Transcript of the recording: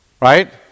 right